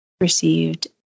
received